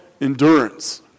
endurance